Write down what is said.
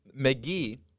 McGee